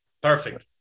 Perfect